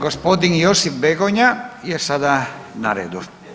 Gospodin Josip Begonja je sada na redu.